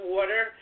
water